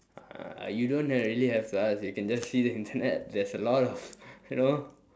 uh you don't uh really have to ask you can just see the internet there's a lot of you know